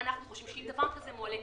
אם דבר כזה מועלה,